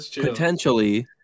potentially